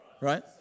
Right